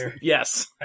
Yes